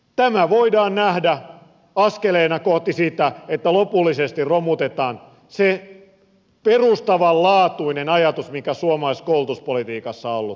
tämä voidaan nähdä askeleena kohti sitä että lopullisesti romutetaan se perustavanlaatuinen ajatus mikä suomalaisessa koulutuspolitiikassa on ollut